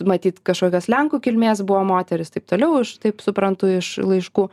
matyt kažkokios lenkų kilmės buvo moteris taip toliau aš taip suprantu iš laiškų